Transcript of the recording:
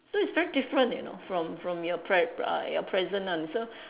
so it's very different you know from from your pre~ uh your present one so